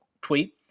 tweet